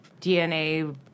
DNA